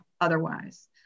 otherwise